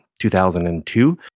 2002